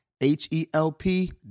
H-E-L-P